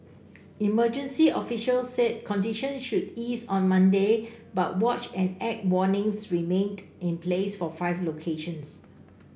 emergency officials said condition should ease on Monday but watch and act warnings remained in place for five locations